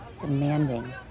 demanding